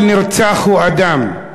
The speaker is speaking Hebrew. כל נרצח הוא אדם.